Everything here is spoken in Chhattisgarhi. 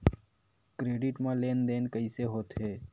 क्रेडिट मा लेन देन कइसे होथे?